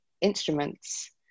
instruments